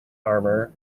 armour